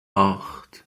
acht